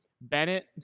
Bennett